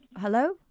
Hello